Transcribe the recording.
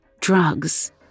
drugs